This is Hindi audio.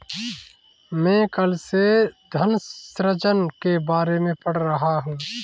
मैं कल से धन सृजन के बारे में पढ़ रहा हूँ